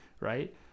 right